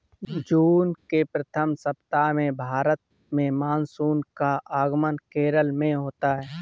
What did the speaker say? जून के प्रथम सप्ताह में भारत में मानसून का आगमन केरल में होता है